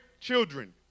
children